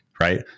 right